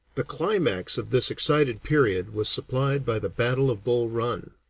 the climax of this excited period was supplied by the battle of bull run.